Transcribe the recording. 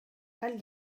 cal